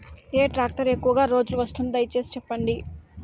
ఏ tractor ఎక్కువగా రోజులు వస్తుంది, దయసేసి చెప్పండి?